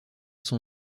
son